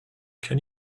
can